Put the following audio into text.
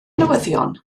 newyddion